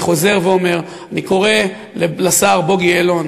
אני חוזר ואומר: אני קורא לשר בוגי יעלון